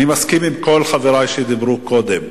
אני מסכים עם כל חברי שדיברו קודם,